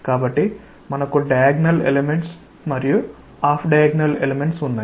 కాబట్టి మనకు diagonal elements మరియు ఆఫ్ డయాగ్నల్ ఎలెమెంట్స్ ఉన్నాయి